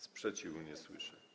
Sprzeciwu nie słyszę.